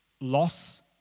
loss